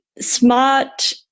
smart